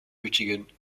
michigan